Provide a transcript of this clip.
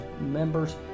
members